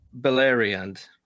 Beleriand